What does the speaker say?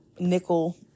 nickel